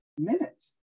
minutes